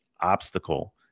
obstacle